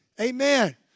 Amen